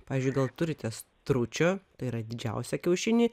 pavyzdžiui gal turite stručio tai yra didžiausią kiaušinį